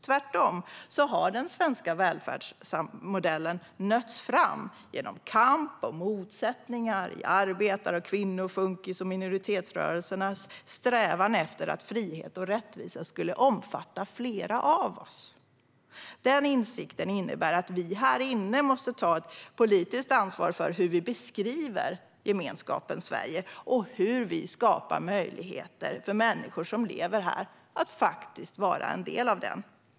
Tvärtom har den svenska välfärdsmodellen nötts fram genom kamp och motsättningar i arbetar, kvinno, funkis och minoritetsrörelsernas strävan efter att frihet och rättvisa skulle omfatta fler av oss. Den insikten innebär att vi här inne måste ta ett politiskt ansvar för hur vi beskriver gemenskapen i Sverige och hur vi skapar möjligheter för människor som lever här att vara en del av den.